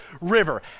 River